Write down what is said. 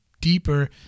deeper